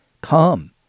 Come